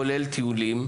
כולל בטיולים.